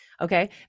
Okay